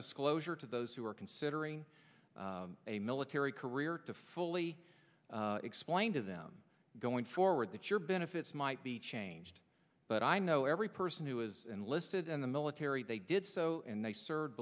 disclosure to those who are considering a military career to fully explain to them going forward that your benefits might be changed but i know every person who has enlisted in the military they did so and they served